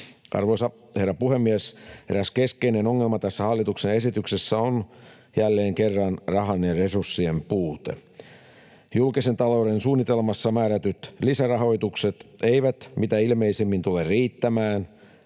Arvoisa herra puhemies! Eräs keskeinen ongelma tässä hallituksen esityksessä on jälleen kerran rahan ja resurssien puute. Julkisen talouden suunnitelmassa määrätyt lisärahoitukset eivät mitä ilmeisimmin tule riittämään.